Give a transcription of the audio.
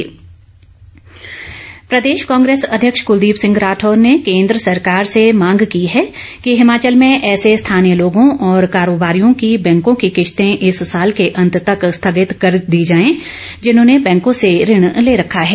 राठौर प्रदेश कांग्रेस अध्यक्ष कुलदीप सिंह राठौर ने केन्द्र सरकार से मांग की है कि हिमाचल में ऐसे स्थानीय लोगों और कारोबारियों की बैंकों की किश्तें इस साल के अंत तक स्थगित कर दी जाएं जिन्होंने बैंकों से ऋण ले रखा है